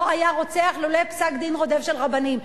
היה רוצח לולא פסק-דין רודף של רבנים.